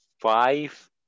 Five